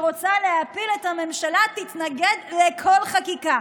שרוצה להפיל את הממשלה, תתנגד לכל חקיקה.